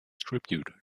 tribute